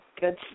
good